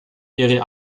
ihre